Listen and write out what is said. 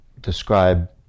describe